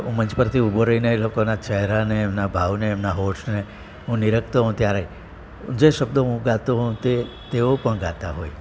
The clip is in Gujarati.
હું મંચ પરથી ઊભો રહીને એ લોકોના ચહેરાને એમના ભાવને એમના હોઠને હું નિરખતો હોવ ત્યારે જે શબ્દો હું ગાતો હોવ તે તેઓ પણ ગાતા હોય